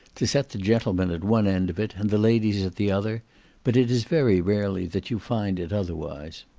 to set the gentlemen at one end of it, and the ladies at the other but it is very rarely that you find it otherwise.